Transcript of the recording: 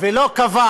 ולא קבע